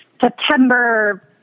September